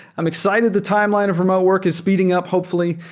i'm excited the timeline of remote work is speeding up hopefully,